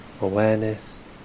awareness